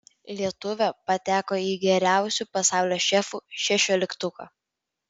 lietuvė pateko į geriausių pasaulio šefų šešioliktuką